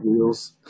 wheels